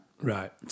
Right